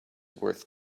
worth